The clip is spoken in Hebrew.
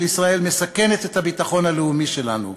ישראל מסכנת את הביטחון הלאומי שלנו.